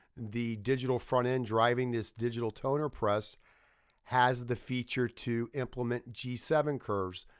the digital front-end driving this digital toner press has the feature to implement g seven curves.